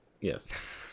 yes